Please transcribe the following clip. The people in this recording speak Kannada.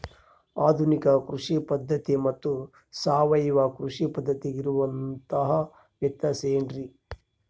ಆಧುನಿಕ ಕೃಷಿ ಪದ್ಧತಿ ಮತ್ತು ಸಾವಯವ ಕೃಷಿ ಪದ್ಧತಿಗೆ ಇರುವಂತಂಹ ವ್ಯತ್ಯಾಸ ಏನ್ರಿ?